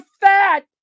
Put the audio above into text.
fat